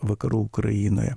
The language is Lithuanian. vakarų ukrainoje